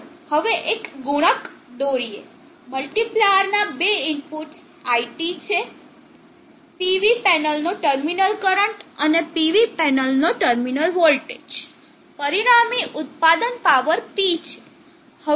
ચાલો હવે એક ગુણક દોરીએ મલ્ટીપ્લાયરના બે ઇનપુટ્સ iT છે PV પેનલનો ટર્મિનલ કરંટ અને vT પેનલનો ટર્મિનલ વોલ્ટેજ પરિણામી ઉત્પાદન પાવર P છે